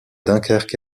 dunkerque